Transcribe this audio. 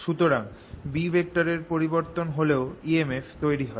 সুতরাং B এর পরিবর্তন হলেও emf তৈরি হয়